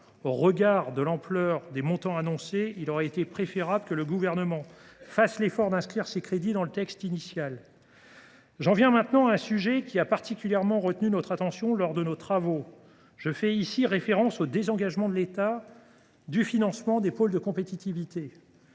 Au regard de l’ampleur des montants annoncés, il eût été préférable que le Gouvernement fasse l’effort d’inscrire ces crédits dans le texte initial. Un sujet a particulièrement retenu notre attention lors de nos travaux. Je fais ici référence au désengagement de l’État du financement des pôles de compétitivité.